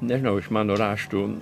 nežinau iš mano raštų